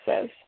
says